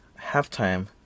halftime